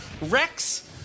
Rex